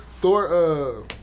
Thor